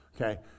okay